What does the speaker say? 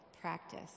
practice